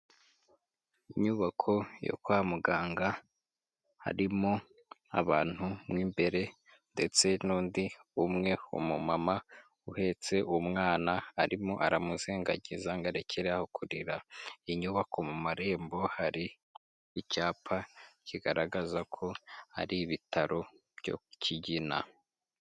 Inyubako yo kwa muganga, harimo abantu mo imbere ndetse n'undi umwe, umumama uhetse umwama arimo aramuzengagiza ngo arekeraho kurira, inyubako mu marembo hari icyapa kigaragaza ko ari ibitaro byo ku Kigina.